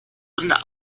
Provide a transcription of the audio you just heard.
unter